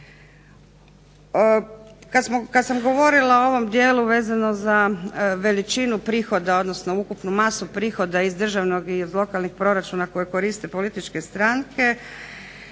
Kada sam govorila o ovom dijelu vezano za veličinu prihoda, masu prihoda iz državnog i lokalnih proračuna koje koriste političke stranke